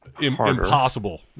impossible